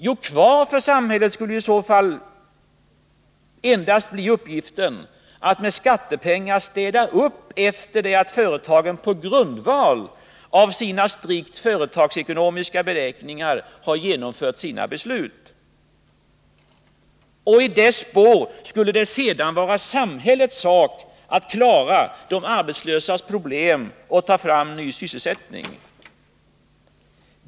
Jo, kvar för samhället skulle endast bli uppgiften att med skattepengar städa upp efter det att företagen på grundval av sina strikt företagsekonomiska beräkningar genomfört sina beslut. Och därefter skulle det vara samhällets sak att klara de arbetslösas problem och ta fram ny sysselsättning.